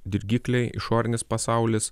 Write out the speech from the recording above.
dirgikliai išorinis pasaulis